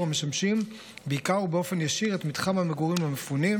המשמשים בעיקר ובאופן ישיר את מתחם המגורים למפונים,